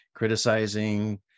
criticizing